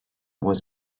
was